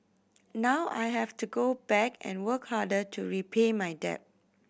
now I have to go back and work harder to repay my debt